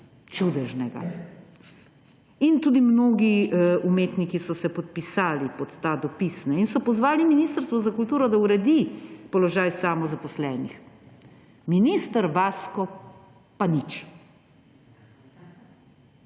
čudežnega sina. Tudi mnogi umetniki so se podpisali pod ta dopis in so pozvali Ministrstvo za kulturo, da uredi položaj samozaposlenih. Minister Vasko pa nič!